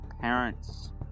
parents